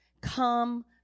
Come